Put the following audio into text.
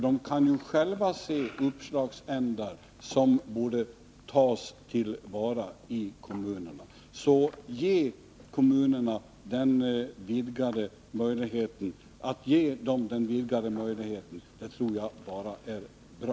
De kan ju själva se uppslagsändar som borde tas till vara i kommunerna. Att låta kommunerna ge dem denna vidgade möjlighet tror jag därför bara är bra.